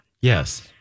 Yes